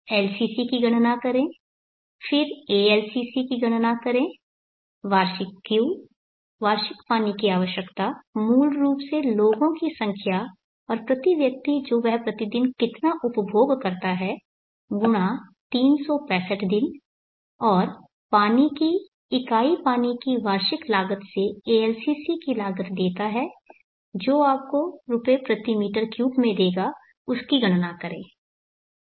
LCC की गणना करें फिर ALCC की गणना करें वार्षिक Q वार्षिक पानी की आवश्यकता मूल रूप से लोगों की संख्या और प्रति व्यक्ति जो वह प्रतिदिन कितना उपभोग करता है गुणा 365 दिन और पानी की इकाई पानी की वार्षिक लागत से ALCC की लागत देता है जो आपको रुपये प्रति m3 में देगा उसकी गणना करें